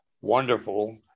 wonderful